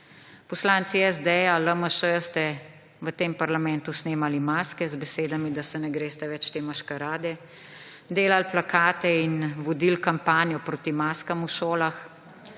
Poslanci SD, LMŠ ste v tem parlamentu snemali maske z besedami, da se ne greste več te maškarade, delali plakate in vodili kampanjo proti maskam v šolah.